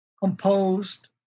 composed